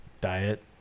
diet